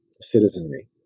citizenry